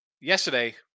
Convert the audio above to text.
yesterday